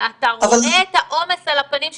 אתה רואה את העומס על הפנים שלהם,